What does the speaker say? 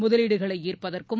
முதலீடுகளை ஈர்ப்பதற்கும்